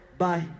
bye